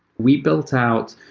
we built out